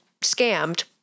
scammed